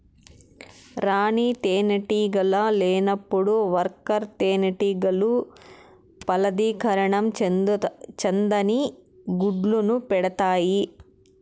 రాణి తేనెటీగ లేనప్పుడు వర్కర్ తేనెటీగలు ఫలదీకరణం చెందని గుడ్లను పెడుతాయి